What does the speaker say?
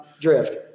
drift